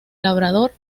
labrador